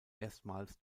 erstmals